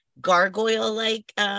gargoyle-like